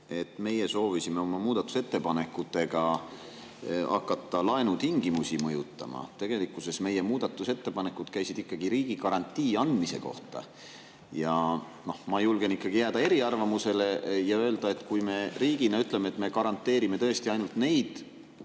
et meie soovisime oma muudatusettepanekutega hakata laenutingimusi mõjutama. Tegelikkuses käisid meie muudatusettepanekud riigigarantii andmise kohta. Ma julgen jääda eriarvamusele ja öelda, et kui me riigina ütleme, et me garanteerime tõesti ainult neid